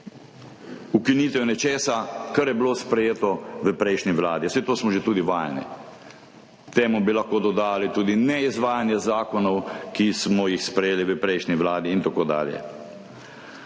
ukinitev nečesa, kar je bilo sprejeto v prejšnji vladi. Saj tega smo že tudi vajeni, temu bi lahko dodali tudi neizvajanje zakonov, ki smo jih sprejeli v prejšnji vladi, in tako dalje.